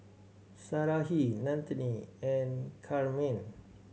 Sarahi Nannette and Carmine